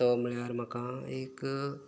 तो म्हळ्यार म्हाका एक